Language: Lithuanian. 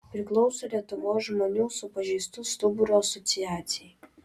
priklauso lietuvos žmonių su pažeistu stuburu asociacijai